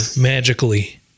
magically